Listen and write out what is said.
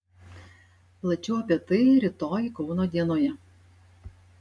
plačiau apie tai rytoj kauno dienoje